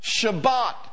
Shabbat